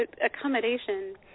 accommodation